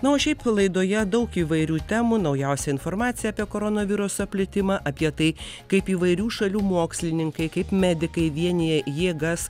na o šiaip laidoje daug įvairių temų naujausia informacija apie koronaviruso plitimą apie tai kaip įvairių šalių mokslininkai kaip medikai vienija jėgas